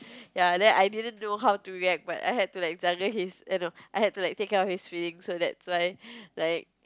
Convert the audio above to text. ya and then I didn't know how to react but I had to like his err no I had to like take out his feelings so that's why like